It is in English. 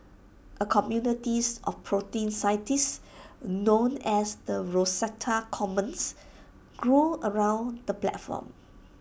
A communities of protein scientists known as the Rosetta Commons grew around the platform